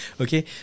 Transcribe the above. Okay